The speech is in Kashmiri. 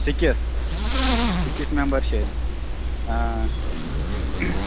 سِکِس سِکِس مٮ۪مبر چھِ أسۍ